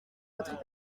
votre